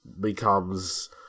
becomes